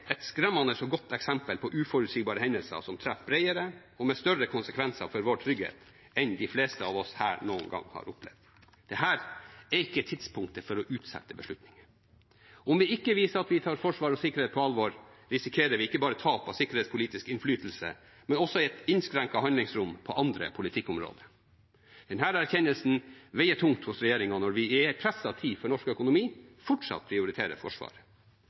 et skremmende og godt eksempel på uforutsigbare hendelser som treffer bredere og med større konsekvenser for vår trygghet enn de fleste av oss noen gang har opplevd. Dette er ikke tidspunktet for å utsette beslutninger. Om vi ikke viser at vi tar forsvar og sikkerhet på alvor, risikerer vi ikke bare tap av sikkerhetspolitisk innflytelse, men også et innskrenket handlingsrom på andre politikkområder. Denne erkjennelsen veier tungt hos regjeringen når vi i en presset tid for norsk økonomi, fortsatt prioriterer Forsvaret.